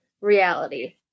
reality